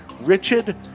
Richard